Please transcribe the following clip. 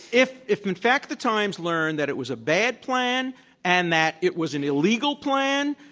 if if in fact the times learned that it was a bad plan and that it was an illegal plan,